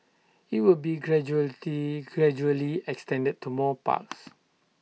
IT will be gradually extended to more parks